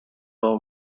all